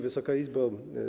Wysoka Izbo!